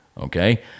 okay